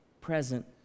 present